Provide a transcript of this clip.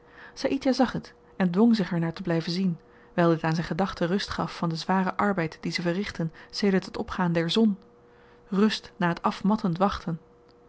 saïdjah zag het en dwong zich er naar te blyven zien wyl dit aan zyn gedachten rust gaf van den zwaren arbeid dien ze verrichtten sedert het opgaan der zon rust na t afmattend wachten